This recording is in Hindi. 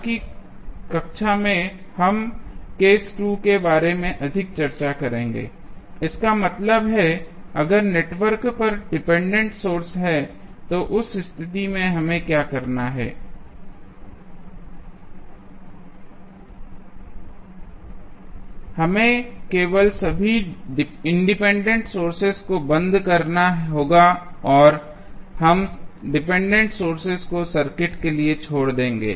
आज की कक्षा में हम केस 2 के बारे में अधिक चर्चा करेंगे इसका मतलब है अगर नेटवर्क पर डिपेंडेंट सोर्स हैं तो उस स्थिति में हमें क्या करना है हमें केवल सभी इंडिपेंडेंट सोर्सेज को बंद करना होगा और हम डिपेंडेंट सोर्सेज को सर्किट के लिए छोड़ देंगे